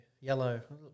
Yellow